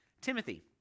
Timothy